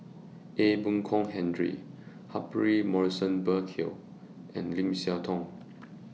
Ee Boon Kong Henry Humphrey Morrison Burkill and Lim Siah Tong